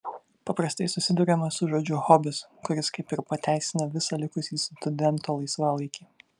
paprastai susiduriama su žodžiu hobis kuris kaip ir pateisina visą likusį studento laisvalaikį